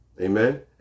Amen